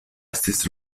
estis